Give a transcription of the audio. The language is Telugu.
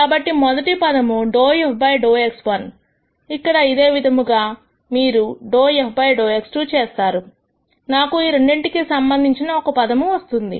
కాబట్టి మొదటి పదము ∂f ∂x1 ఇక్కడ ఇదే విధముగా మీరు ∂f ∂x2 చేస్తారు నాకు ఈ రెండింటికీ సంబంధించిన ఒక పదము వస్తుంది